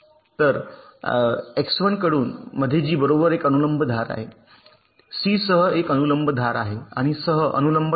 तर कडून x1 मध्ये जी बरोबर एक अनुलंब धार आहे सी सह एक अनुलंब धार आहे आणि सह अनुलंब धार आहे